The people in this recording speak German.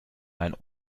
mein